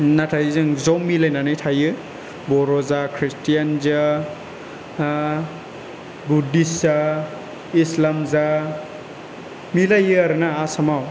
नाथाय जों ज' मिलायनानै थायो बर' जा खृष्टियान जा बुधदिस जा इसलाम जा मिलायो आरो ना आसामाव